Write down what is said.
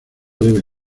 debe